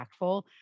impactful